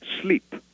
sleep